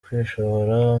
kwishora